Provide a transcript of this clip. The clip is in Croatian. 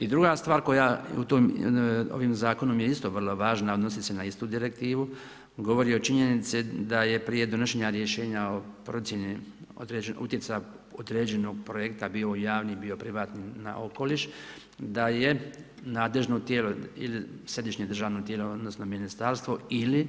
I druga stvar koja isto ovim zakonom je vrlo važna, odnosi se na istu direktivu govori o činjenici da je prije donošenja rješenja o procjeni utjecaja određenog projekta bio u javnim, bio privatni na okoliš, da je nadležno tijelo ili središnje državno tijelo odnosno ministarstvo ili